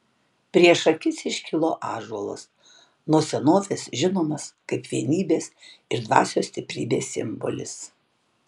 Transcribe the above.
prieš akis iškilo ąžuolas nuo senovės žinomas kaip vienybės ir dvasios stiprybės simbolis